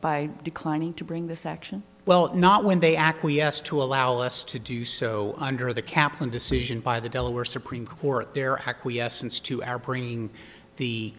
by declining to bring this action well not when they acquiesced to allow us to do so under the kaplan decision by the delaware supreme court their acquiescence to our bringing the